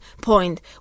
point